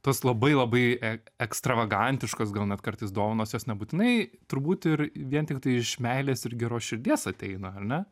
tos labai labai e ekstravagantiškos gal net kartais dovanos jos nebūtinai turbūt ir vien tiktai iš meilės ir geros širdies ateina ar ne